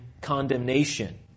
condemnation